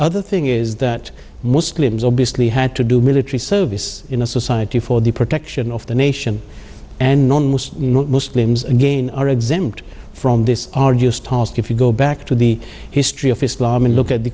other thing is that muslims obviously had to do military service in a society for the protection of the nation and muslims again are exempt from this arduous task if you go back to the history of islam look at the